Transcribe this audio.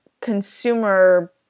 consumer